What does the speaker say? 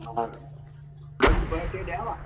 हा घणी ॿ टे ॾियांव